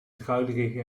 druilerige